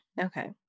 Okay